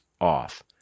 off